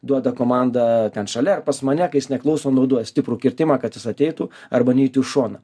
duoda komandą ten šalia ar pas mane kai jis neklauso naudoja stiprų kirtimą kad jis ateitų arba neitų į šoną